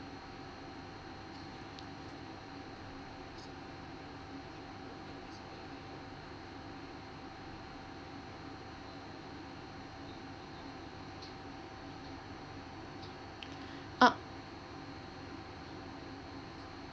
uh